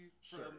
Sure